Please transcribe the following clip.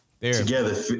together